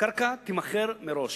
קרקע תימכר מראש,